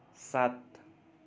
सात